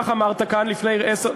כך אמרת כאן לפני עשר,